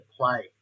play